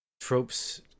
Tropes